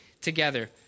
together